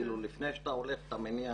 לפני שאתה הולך אתה מניח